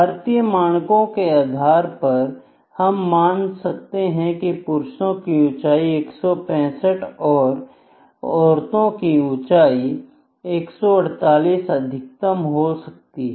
भारतीय मानकों के आधार पर हम मान सकते हैं कि पुरुषों की ऊंचाई 165 और औरतों की ऊंचाई 148 अधिकतम हो सकती है